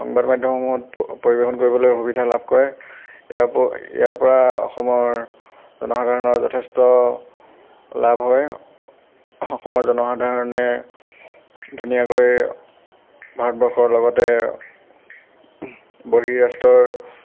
সংবাদ মাধ্যমসমূহত পৰিৱেশন কৰিবলৈ সুবিধা লাভ কৰে ইয়াৰ প ইয়াৰ পৰা অসমৰ জনসাধাৰণৰ যথেষ্ট লাভ হয় অসমৰ জনসাধাৰণে ধুনীয়াকৈ ভাৰতবৰ্ষৰ লগতে বহিৰাষ্ট্ৰৰ